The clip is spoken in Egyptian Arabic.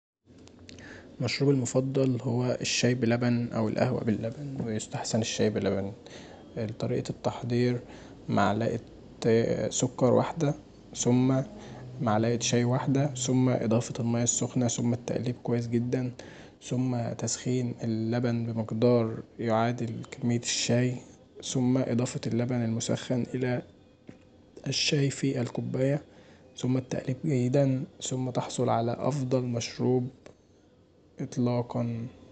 مشروبي المفضل هو الشاي بلبن او القهوة باللبن ويستحسن الشاي بلبن، طريقة التحضير معلقة سكر واحده ثم معلقت شاي واحده ثم اضافه الميه السخنه ثم التقليب كويس جدا ثم تسخين اللبن بمقدار يعادل كمية الشاي ثم اضافة اللبن المسخن إلي الشاي في الكوبايه ثم التقليب جيدا ثم تحصل علي أفضل مشروب اطلاقا.